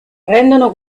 rendono